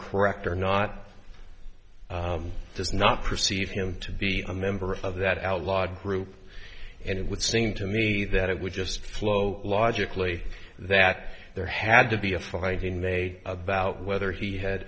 ct or not does not perceive him to be a member of that outlawed group and it would seem to me that it would just flow logically that there had to be a fighting made about whether he had